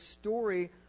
story